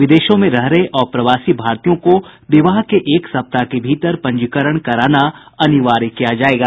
विदेशों में रह रहे अप्रवासी भारतीयों को विवाह के एक सप्ताह के भीतर पंजीकरण कराना अनिवार्य किया जायेगा